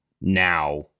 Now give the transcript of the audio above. now